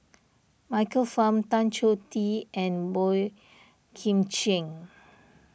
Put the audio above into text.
Michael Fam Tan Choh Tee and Boey Kim Cheng